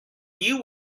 you